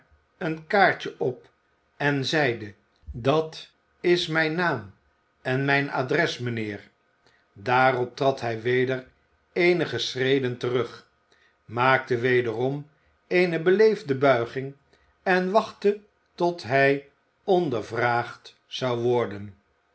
een kaartje op en zeide dat is mijn naam en mijn adres mijnheer daarop trad hij weder eenige schreden terug maakte wederom eene beleefde buiging en wachtte totdat hij ondervraagd zou worden